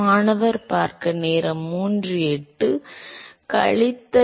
மாணவர் இது கழித்தல்